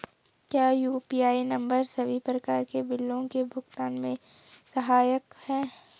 क्या UPI number सभी प्रकार के बिलों के भुगतान में सहायक हैं?